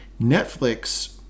Netflix